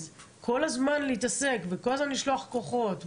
אז כל הזמן להתעסק וכל הזמן לשלוח כוחות?